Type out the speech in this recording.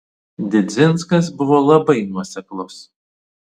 didzinskas buvo labai nuoseklus